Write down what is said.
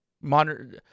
Modern –